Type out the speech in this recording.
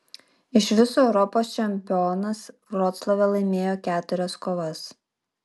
iš viso europos čempionas vroclave laimėjo keturias kovas